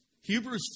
Hebrews